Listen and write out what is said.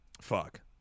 fuck